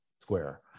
square